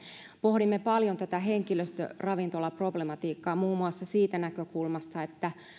pohdimme paljon tätä henkilöstöravintolaproblematiikkaa muun muassa siitä näkökulmasta että